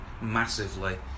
massively